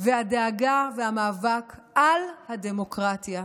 והדאגה והמאבק על הדמוקרטיה.